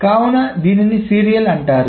కావున దీనిని సీరియల్ అంటారు